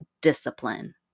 discipline